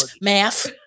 Math